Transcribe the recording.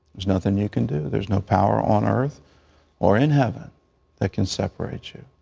there's nothing you can do. there's no power on earth or in heaven that can separate you.